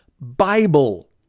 Bible